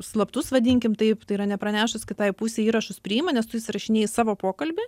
slaptus vadinkim taip tai yra nepranešus kitai pusei įrašus priima nes tu įsirašinėji savo pokalbį